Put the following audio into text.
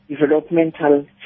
developmental